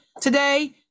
today